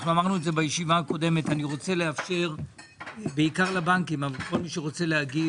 אמרנו בישיבה הקודמת שאני רוצה לאפשר בעיקר לבנקים ולכל מי שרוצה להגיב